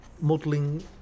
modelling